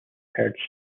heard